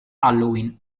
halloween